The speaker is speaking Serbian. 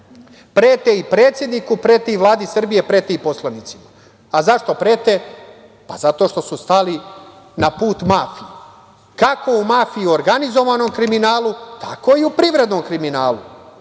Prete i predsedniku, prete i Vladi Srbije, prete i poslanicima.Zašto prete? Zato što su stali na put mafiji, kako mafiji u organizovanom kriminalu, tako i u privrednom kriminalu,